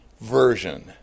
version